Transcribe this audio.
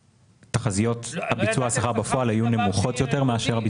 תחזיות ביצוע השכר בפועל היו נמוכות יותר מאשר הביצוע.